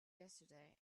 yesterday